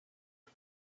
for